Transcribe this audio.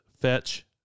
Fetch